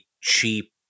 cheap